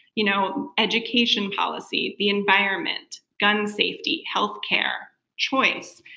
you know education policy, the environment, gun safety, health care, choice,